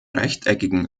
rechteckigen